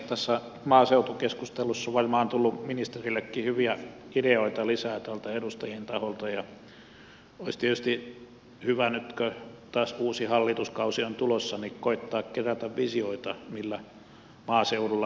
tässä maaseutukeskustelussa on varmaan tullut ministerillekin hyviä ideoita lisää edustajien taholta ja olisi tietysti hyvä nyt kun taas uusi hallituskausi on tulossa koettaa kerätä visioita millä maaseudulla pärjätään